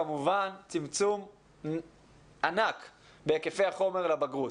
כמובן צמצום ענק בהיקפי החומר לבגרות.